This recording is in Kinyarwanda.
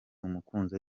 umukunzi